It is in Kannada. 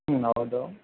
ಹ್ಞೂ ಹೌದು